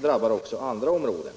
drabbar också andra områden.